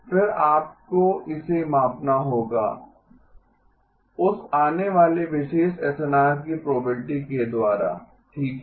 फिर आपको इसे मापना होगा उस आने वाले विशेष एसएनआर की प्रोबेबिलिटी के द्वारा ठीक है